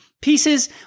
pieces